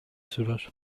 sürer